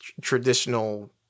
traditional